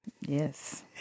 Yes